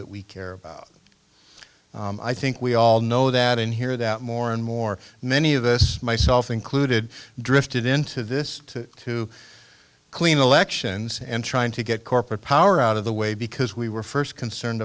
that we care about i think we all know that in here that more and more many of us myself included drifted into this to clean elections and trying to get corporate power out of the way because we were first concerned